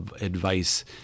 advice